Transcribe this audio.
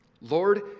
Lord